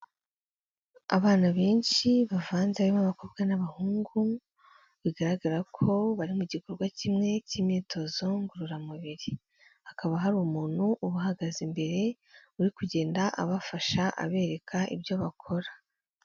Abana benshi bavanze harimo abakobwa n'abahungu bigaragara ko bari mu gikorwa kimwe cy'imyitozo ngororamubiri. Hakaba hari umuntu ubahagaze imbere uri kugenda abafasha abereka ibyo bakora.